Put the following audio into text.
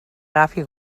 agafi